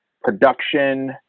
production